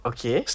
Okay